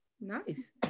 Nice